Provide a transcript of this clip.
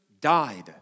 died